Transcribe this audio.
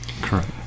Correct